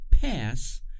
pass